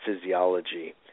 physiology